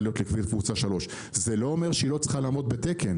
לעלות לקבוצה 3. זה לא אומר שהיא לא צריכה לעמוד בתקן,